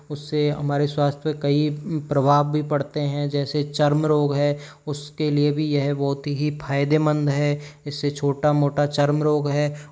उससे हमारे स्वास्थ्य पे कई प्रभाव भी पड़ते हैं जैसे चर्म रोग है उसके लिए भी यह बहुत ही फ़ायदेमंद है इससे छोटा मोटा चर्म रोग है